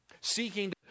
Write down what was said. seeking